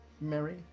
Mary